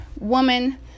woman